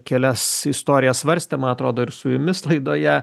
kelias istorijas svarstėm man atrodo ir su jumis laidoje